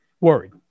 Worried